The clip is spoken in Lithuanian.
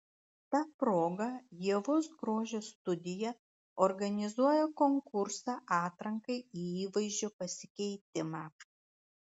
ta proga ievos grožio studija organizuoja konkursą atrankai į įvaizdžio pasikeitimą